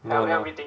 no lor